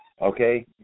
okay